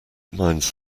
minds